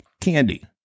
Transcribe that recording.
candy